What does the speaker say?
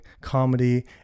comedy